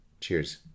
Cheers